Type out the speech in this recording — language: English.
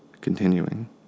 continuing